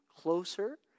closer